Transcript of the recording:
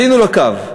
עלינו לקו.